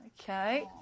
Okay